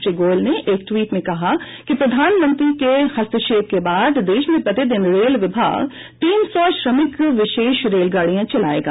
श्री गोयल ने एक टवीट में कहा कि प्रधानमंत्री के हस्तक्षेप के बाद देश में प्रतिदिन रेल विभाग तीन सौ श्रमिक विशेष रेलगाड़ियां चलाएगा